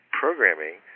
programming